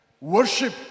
worship